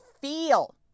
feel